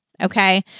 Okay